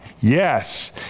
Yes